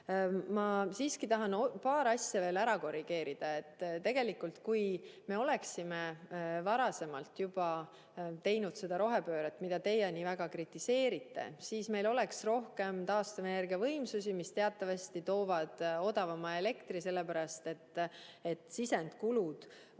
Ma siiski tahan paar asja veel ära korrigeerida. Kui me oleksime juba varem teinud rohepöörde, mida teie nii väga kritiseerite, siis meil oleks rohkem taastuvenergia võimsusi, mis teatavasti toovad odavama elektri, sellepärast et sisendkulud on